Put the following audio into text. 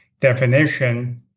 definition